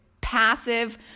passive